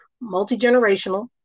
multi-generational